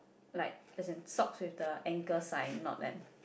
like as in socks with the anchor sign not lamb